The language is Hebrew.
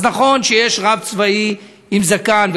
אז נכון שיש רב צבאי עם זקן,